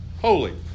Holy